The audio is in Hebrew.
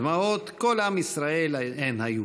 דמעות כל עם ישראל הן היו.